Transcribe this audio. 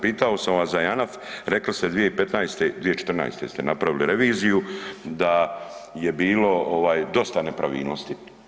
Pitao sam vas za Janaf, rekli ste 2015., 2014. ste napravili reviziju da je bilo ovaj dosta nepravilnosti.